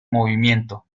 movimiento